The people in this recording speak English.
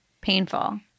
painful